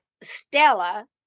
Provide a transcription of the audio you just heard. Stella